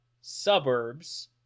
suburbs